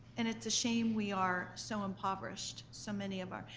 and it's a shame we are so impoverished, so many of our,